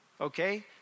Okay